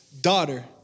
Daughter